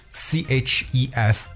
chef